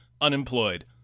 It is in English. unemployed